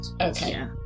Okay